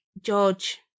George